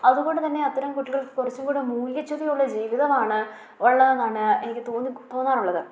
അതുകൊണ്ട് തന്നെ അത്തരം കുട്ടികൾക്ക് കുറച്ചുംകൂടെ മൂല്യച്ചുതിയുള്ള ജീവിതമാണ് ഉള്ളത് എന്നാണ് എനിക്ക് തോന്നി തോന്നാറുള്ളത്